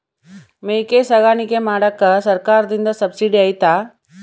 ಮೇಕೆ ಸಾಕಾಣಿಕೆ ಮಾಡಾಕ ಸರ್ಕಾರದಿಂದ ಸಬ್ಸಿಡಿ ಐತಾ?